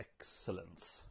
Excellence